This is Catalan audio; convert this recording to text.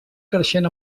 creixent